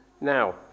now